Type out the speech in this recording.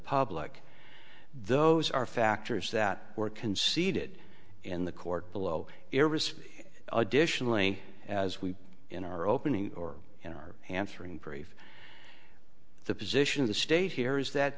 public those are factors that were conceded in the court below airbuses additionally as we in our opening or in our answering brief the position of the state here is that